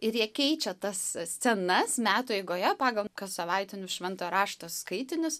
ir jie keičia tas scenas metų eigoje pagal kassavaitinius švento rašto skaitinius